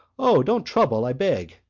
o, don't trouble, i beg!